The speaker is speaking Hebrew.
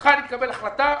צריכה להתקבל החלטה.